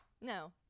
no